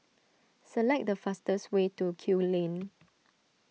select the fastest way to Kew Lane